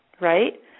right